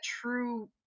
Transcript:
true